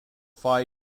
phi